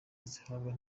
bazihabwa